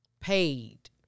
paid